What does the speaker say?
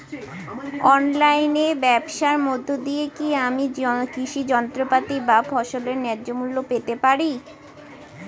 অনলাইনে ব্যাবসার মধ্য দিয়ে কী আমি কৃষি যন্ত্রপাতি বা ফসলের ন্যায্য মূল্য পেতে পারি?